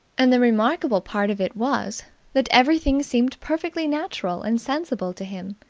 and the remarkable part of it was that everything seemed perfectly natural and sensible to him,